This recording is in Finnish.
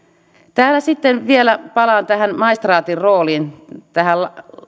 täällä vielä palaan tähän maistraatin roolin tässä